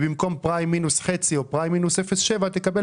במקום פריים מינוס חצי או פריים מינוס 0.7 תקבל